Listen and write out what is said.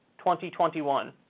2021